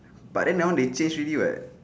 but then now they change already [what]